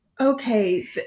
Okay